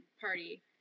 party